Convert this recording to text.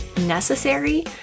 necessary